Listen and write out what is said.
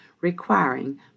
requiring